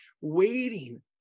waiting